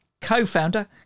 co-founder